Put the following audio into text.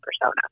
persona